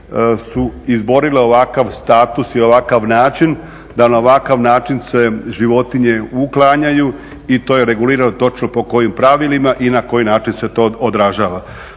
su izborile ovakav status i ovakav način, da na ovakav način se životinje uklanjaju i to je regulirano točno po kojim pravilima i na koji način se to odražava.